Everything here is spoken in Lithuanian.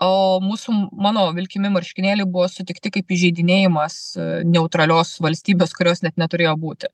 o mūsų mano vilkimi marškinėliai buvo sutikti kaip įžeidinėjimas neutralios valstybės kurios net neturėjo būti